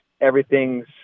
everything's